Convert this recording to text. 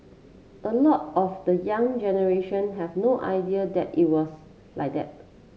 a lot of the young generation have no idea that it was like that